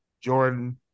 Jordan